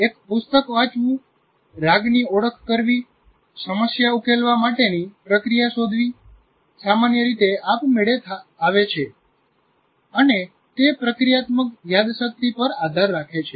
એક પુસ્તક વાંચવું રાગની ઓળખ કરવી સમસ્યા ઉકેલવા માટેની પ્રક્રિયા શોધવી સામાન્ય રીતે આપમેળે થાય આવે છે અને તે પ્રક્રિયાત્મક યાદશક્તિ પર આધાર રાખે છે